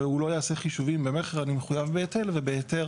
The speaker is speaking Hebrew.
והוא לא יעשה חישוב שבמכר הוא מחויב בהיטל ובהיתר